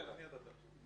דני: כן, אני אדבר.